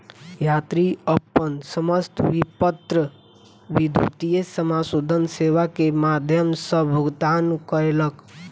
यात्री अपन समस्त विपत्र विद्युतीय समाशोधन सेवा के माध्यम सॅ भुगतान कयलक